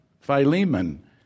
Philemon